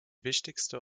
wichtigste